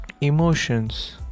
Emotions